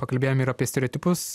pakalbėjom ir apie stereotipus